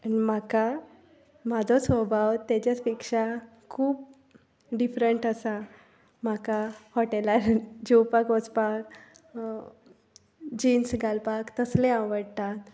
आनी म्हाका म्हजो स्वभाव ताज्यापेक्षा खूब डिफटेन्ट आसा म्हाका हॉटेलार जेवपाक वचपाक जिन्स घालपाक तसलें आवडटा